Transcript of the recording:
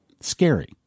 Scary